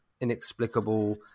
inexplicable